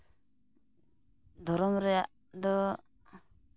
ᱫᱷᱚᱨᱚᱢ ᱨᱮᱭᱟᱜ ᱫᱚ